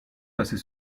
passer